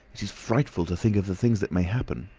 it is frightful to think of the things that may happen.